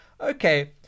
okay